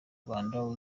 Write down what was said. rwanda